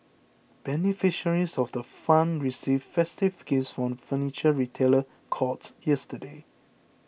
beneficiaries of the fund received festive gifts from Furniture Retailer Courts yesterday